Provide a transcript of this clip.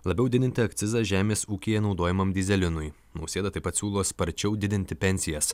labiau didinti akcizą žemės ūkyje naudojamam dyzelinui nausėda taip pat siūlo sparčiau didinti pensijas